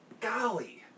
golly